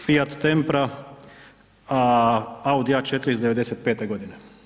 Fiat Tempra, a Audi A4 iz +95. godine?